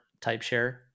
TypeShare